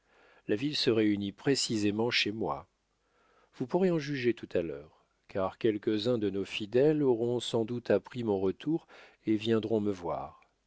la ville se réunit précisément chez moi vous pourrez en juger tout à l'heure car quelques-uns de nos fidèles auront sans doute appris mon retour et viendront me voir